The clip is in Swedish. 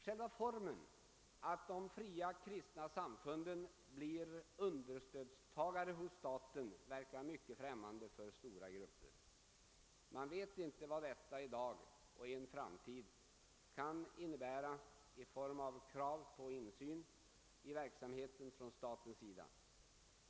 Själva formen att de fria kristna samfunden blir understödstagare hos staten verkar mycket främmande för stora grupper. Man vet inte vad detta i dag och i en framtid kan innebära i form av krav på insyn i verksamheten från statens sida.